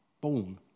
born